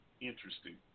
Interesting